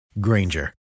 Granger